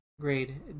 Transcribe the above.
Grade